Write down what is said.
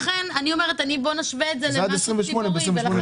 בואו נשווה את זה למשהו ציבורי.